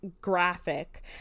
graphic